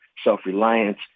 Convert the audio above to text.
self-reliance